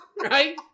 Right